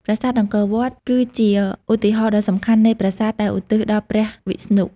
ប្រាសាទអង្គរវត្ត គឺជាឧទាហរណ៍ដ៏សំខាន់នៃប្រាសាទដែលឧទ្ទិសដល់ព្រះវិស្ណុ។